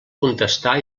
contestà